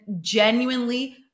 genuinely